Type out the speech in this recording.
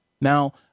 now